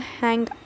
hang